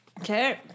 Okay